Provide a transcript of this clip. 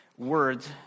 words